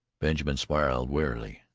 benjamin smiled wearily.